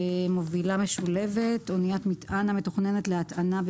"מובילה משולבת" אניית מטען המתוכננת להטענה,